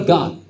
God